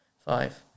Five